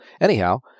Anyhow